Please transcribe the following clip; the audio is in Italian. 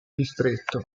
distretto